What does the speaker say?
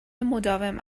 مداوم